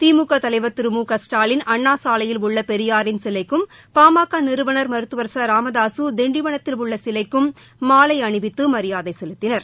திமுக தலைவர் திரு மு க ஸ்டாலின் அண்ணாசாலையில் உள்ள பெரியாரின் சிலைக்கும் பாமக நிறுவனர் மருத்துவர் ச ராமதாசு திண்டிவனத்தில் உள்ள சிலைக்கும் மாலை அணிவித்து மியாதை செலுத்தினார்